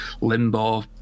limbo